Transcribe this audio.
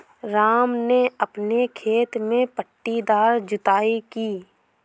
राम ने अपने खेत में पट्टीदार जुताई की